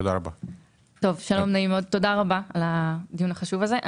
תודה רבה על הדיון החשוב הזה.